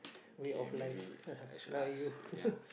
okay maybe I should ask ya